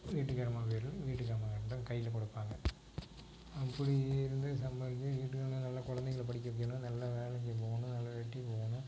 வீட்டுக்காரம்மா கையில் வீட்டு சாமான் வாங்கிட்டு வந்து கையில் கொடுப்பாங்க அப்படி இருந்து சம்பாரித்து வீட்டுக்கு எல்லா குழந்தைகள படிக்க வைக்கணும் நல்லா வேலைக்குப் போகணும் வேலை வெட்டி போகணும்